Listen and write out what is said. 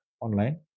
online